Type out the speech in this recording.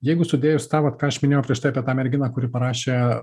jeigu sudėjus tą vat ką aš minėjau prieš tai apie tą merginą kuri parašė